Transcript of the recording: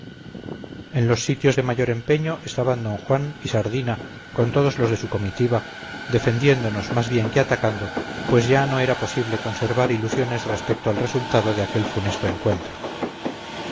en los sitios de mayor empeño estaban d juan y sardina con todos los de su comitiva defendiéndonos más bien que atacando pues ya no era posible conservar ilusiones respecto al resultado de aquel funesto encuentro